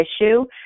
issue